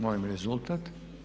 Molim rezultat.